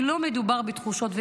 כי לא מדובר בתחושות,